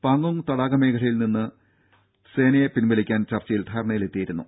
പാങ്ങോംഗ് തടാക മേഖലയിൽ നിന്ന് സേനകളെ പിൻവലിക്കാൻ ചർച്ചയിൽ ധാരണയിലെത്തിയിരുന്നു